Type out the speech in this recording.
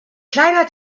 kleiner